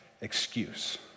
excuse